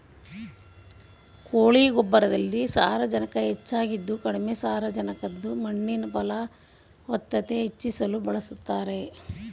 ಕೋಳಿ ಗೊಬ್ಬರದಲ್ಲಿ ಸಾರಜನಕ ಹೆಚ್ಚಾಗಿದ್ದು ಕಡಿಮೆ ಸಾರಜನಕದ ಮಣ್ಣಿನ ಫಲವತ್ತತೆ ಹೆಚ್ಚಿಸಲು ಬಳಸ್ತಾರೆ